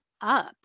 up